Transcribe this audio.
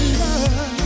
love